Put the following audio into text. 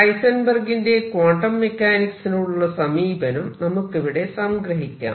ഹൈസെൻബെർഗിന്റെ quantum മെക്കാനിക്സിനോടുള്ള സമീപനം നമുക്കിവിടെ സംഗ്രഹിക്കാം